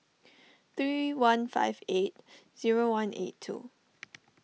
three one five eight zero one eight two